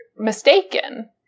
Mistaken